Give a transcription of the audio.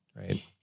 right